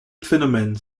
phénomène